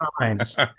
times